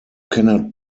cannot